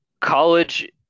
college